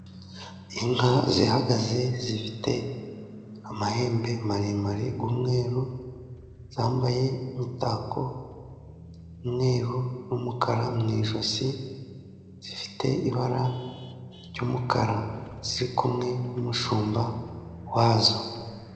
Inka zihagaze zifite amahembe maremare y'umweru, zambaye imitako umweru n'umukara mu ijosi, zifite ibara ry'umukara ziri kumwe n'umushumba wazo.